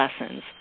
lessons